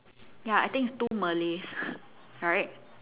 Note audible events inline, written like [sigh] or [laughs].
ya I think is two Malays [laughs] right